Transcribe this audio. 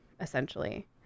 essentially